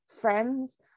friends